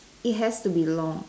it has to be long